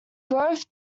growth